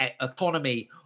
economy